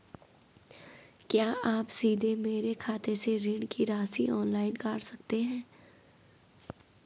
क्या आप सीधे मेरे खाते से ऋण की राशि ऑनलाइन काट सकते हैं?